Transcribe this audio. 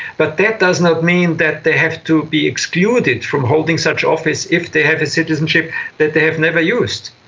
but that does not mean that they have to be excluded from holding such office if they have a citizenship that they have never used.